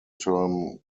term